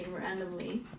randomly